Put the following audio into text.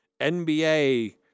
NBA